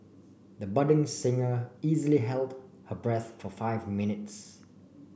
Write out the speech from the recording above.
the budding singer easily held her breath for five minutes